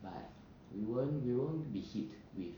but we weren't we won't be hit with